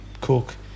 cook